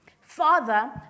Father